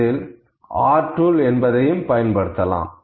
R tool என்பதையும் பயன்படுத்தலாம்